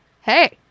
hey